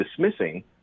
dismissing